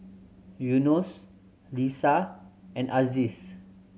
Yunos Lisa and Aziz